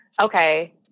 okay